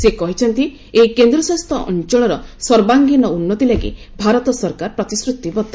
ସେ କହିଛନ୍ତି ଏହି କେନ୍ଦ୍ରଶାସିତ ଅଞ୍ଚଳର ସର୍ବାଙ୍ଗୀନ ଉନ୍ନତି ଲାଗି ଭାରତ ସରକାର ପ୍ରତିଶ୍ରତିବଦ୍ଧ